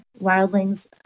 wildlings